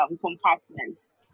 compartments